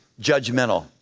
judgmental